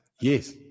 yes